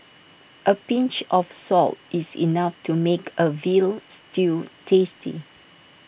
A pinch of salt is enough to make A Veal Stew tasty